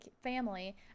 family